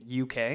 UK